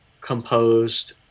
composed